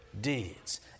deeds